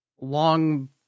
long